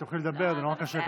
רק שנייה, השרה.